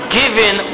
given